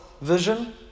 vision